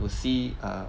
we'll see err